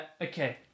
Okay